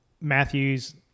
Matthews